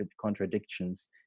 contradictions